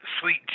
sweet